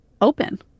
open